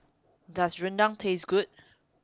does rendang taste good